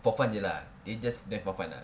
for fun jer lah he just went for fun lah